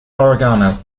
oregano